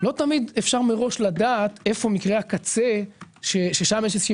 לא תמיד אפשר מראש לדעת איפה מקרה הקצה ששם יש איזושהי